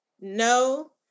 no